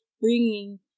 bringing